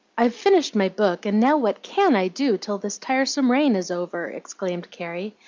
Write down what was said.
i've finished my book, and now what can i do till this tiresome rain is over? exclaimed carrie,